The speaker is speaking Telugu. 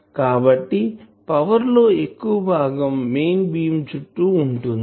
కాబట్టి పవర్ లో ఎక్కువభాగం మెయిన్ బీమ్ చుట్టు ఉంటుంది